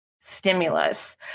stimulus